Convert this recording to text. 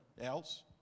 else